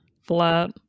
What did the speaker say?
Flat